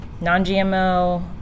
non-GMO